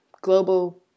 global